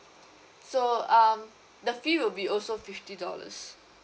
so um the fee will be also fifty dollars